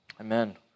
Amen